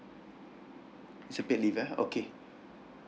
it's a paid leave ah okay